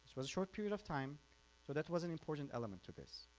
was a short period of time so that was an important element to this.